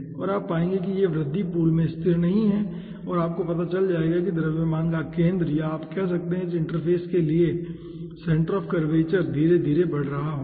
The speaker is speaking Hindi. और आप पाएंगे कि यह वृद्धि पूल में स्थिर नहीं है और आपको पता चल जाएगा कि द्रव्यमान का केंद्र या आप कह सकते हैं कि इस इंटरफ़ेस के लिएसेंटर ऑफ़ कर्वेचर धीरे धीरे बढ़ रहा होगा